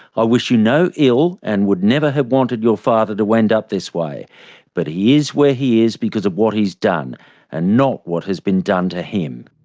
i wish you no ill and would never have wanted your father to end up this way but he is where he is because of what he's done and not what has been done to him.